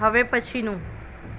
હવે પછીનું